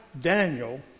Daniel